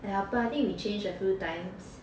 a helper I think we change a few times